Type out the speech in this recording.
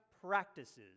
practices